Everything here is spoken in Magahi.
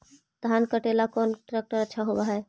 धान कटे ला कौन ट्रैक्टर अच्छा होबा है?